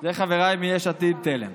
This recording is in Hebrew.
זה חבריי מיש עתיד-תל"ם.